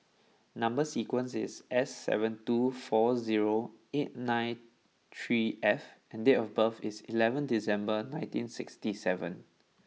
number sequence is S seven two four zero eight nine three F and date of birth is eleven December nineteen sixty seven